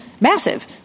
Massive